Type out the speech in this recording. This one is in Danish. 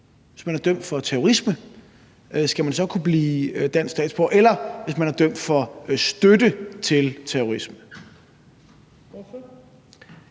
Hvis man er dømt for terrorisme, skal man så kunne blive dansk statsborger – eller hvis man er dømt for støtte til terrorisme?